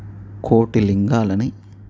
కోటి లింగాలని